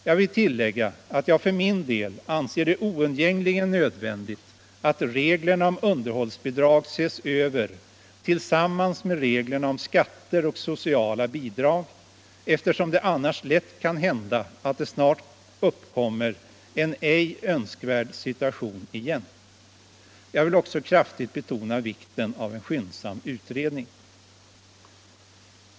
Jag vill tillägga att jag för min del anser det oundgängligen nödvändigt att reglerna om underhållsbidrag ses över tillsammans med reglerna om skatter och sociala bidrag, eftersom det annars lätt kan uppkomma en ej önskvärd situation igen. Jag vill också kraftigt betona vikten av en skyndsam utredning.